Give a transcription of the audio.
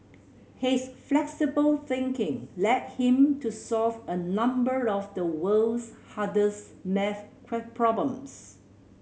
his flexible thinking led him to solve a number of the world's hardest maths problems